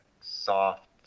soft